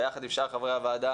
יחד עם שאר חברי הוועדה,